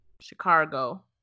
Chicago